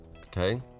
Okay